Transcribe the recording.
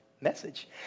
message